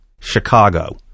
Chicago